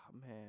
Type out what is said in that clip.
man